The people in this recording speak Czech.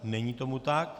Není tomu tak.